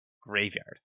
graveyard